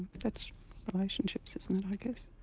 that's relationships isn't it i guess.